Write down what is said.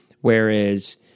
Whereas